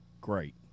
great